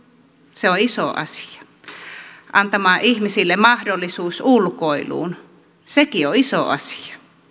se on iso asia tai antamaan ihmisille mahdollisuuden ulkoiluun sekin on iso asia